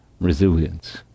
resilience